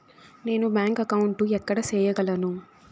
నేను bank account ఎక్కడ సేయగలను